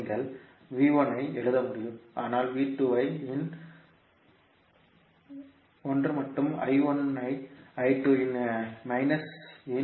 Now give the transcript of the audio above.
நீங்கள் V1 ஐ எழுத முடியும் ஆனால் V2 இன் n ஆல் 1 மற்றும் I1 ஐ I2 இன் மைனஸ் என்